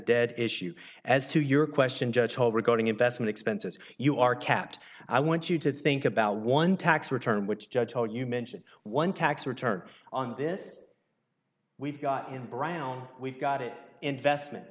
dead issue as to your question judge toler regarding investment expenses you are kept i want you to think about one tax return which judge told you mention one tax return on this we've got in brown we've got it investment